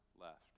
left